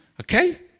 Okay